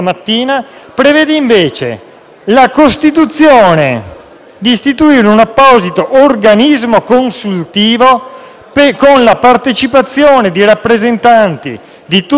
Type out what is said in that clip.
invece, di istituire un apposito organismo consultivo, con la partecipazione di rappresentanti di tutti i soggetti pubblici e privati,